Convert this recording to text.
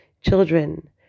children